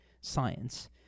science